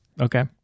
okay